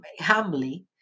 humbly